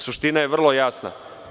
Suština je vrlo jasna.